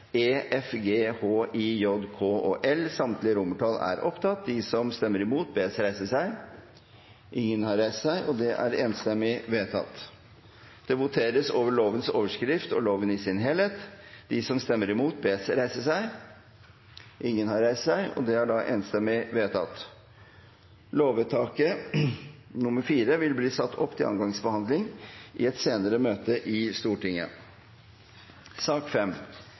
E, F, G, H, I, J, K og L, samtlige romertall. Det voteres over lovenes overskrift og lovene i sin helhet. Lovvedtakene vil bli satt opp til andre gangs behandling i et senere møte i Stortinget.